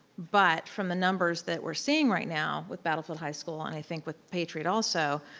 but from the numbers that we're seeing right now with battlefield high school and i think with patriot also,